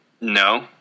No